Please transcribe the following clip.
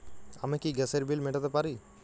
আমি কি গ্যাসের বিল মেটাতে পারি?